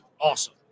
awesome